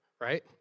right